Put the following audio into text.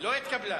ההסתייגות